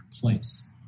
place